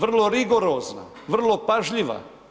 Vrlo rigorozna, vrlo pažljiva.